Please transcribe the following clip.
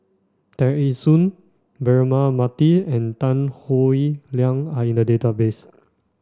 Tear Ee Soon Braema Mathi and Tan Howe Liang are in the database